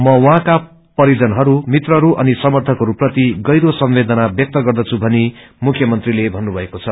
म उहाँका परिजनहरू मित्रहरू अन समर्थकहरू प्रति गहिरो संवेदना व्यक्त गर्दछु भनि मुख्यमंत्रीले भन्नुभएको छ